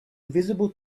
visible